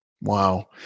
Wow